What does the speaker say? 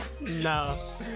No